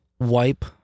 Wipe